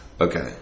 okay